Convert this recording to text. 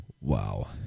Wow